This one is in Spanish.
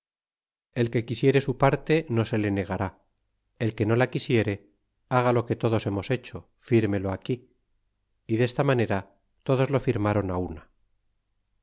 el que quisiere su parte no se le negará el que no la quisiere haga lo que todos hemos hecho firmelo aquí y desta manera todos lo firmaron á una